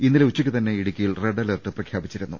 ഇന്നലെ ഉച്ചക്ക് തന്നെ ഇടുക്കി യിൽ റെഡ് അലർട്ട് പ്രഖ്യാപിച്ചിരുന്നു